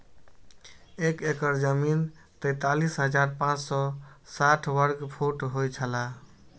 एक एकड़ जमीन तैंतालीस हजार पांच सौ साठ वर्ग फुट होय छला